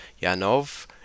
Yanov